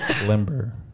Limber